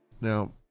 Now